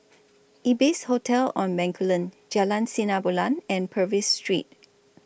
Ibis Hotel on Bencoolen Jalan Sinar Bulan and Purvis Street